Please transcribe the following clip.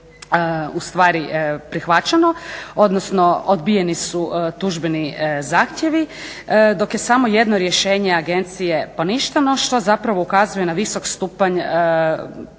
u stvari prihvaćeno, odnosno odbijeni su tužbeni zahtjevi dok je samo jedno rješenje Agencije poništeno što zapravo ukazuje na visok stupanj